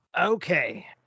okay